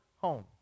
home